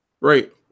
Right